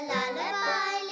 Lullaby